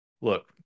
look